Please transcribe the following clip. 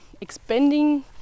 expanding